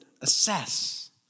Assess